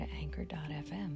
anchor.fm